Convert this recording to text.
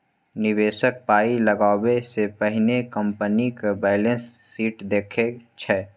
निबेशक पाइ लगाबै सँ पहिने कंपनीक बैलेंस शीट देखै छै